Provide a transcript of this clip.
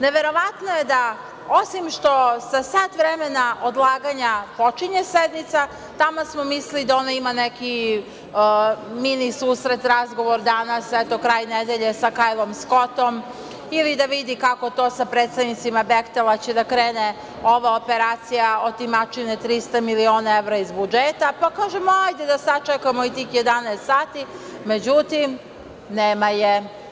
Neverovatno je da, osim što sa sat vremena odlaganja počinje sednica, taman smo mislili da ona ima neki mini susret, razgovor danas, eto, kraj nedelje, sa Kajlom Skotom, ili da vidi kako to sa predstavnicima „Behtela“ će da krene ova operacija otimačine 300 miliona evra iz budžeta, pa kažem – ma, hajde da sačekamo i tih 11,00 sati, međutim – nema je.